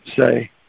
say